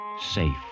safe